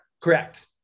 Correct